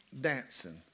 dancing